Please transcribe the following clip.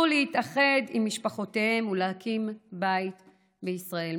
להתאחד עם משפחותיהם ולהקים בית בישראל.